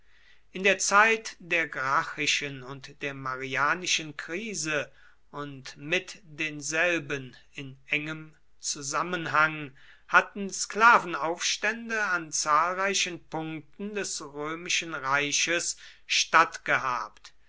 in der zeit der gracchischen und der marianischen krise und mit denselben in engem zusammenhang hatten sklavenaufstände an zahlreichen punkten des römischen reiches